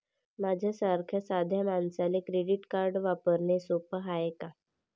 माह्या सारख्या साध्या मानसाले क्रेडिट कार्ड वापरने सोपं हाय का?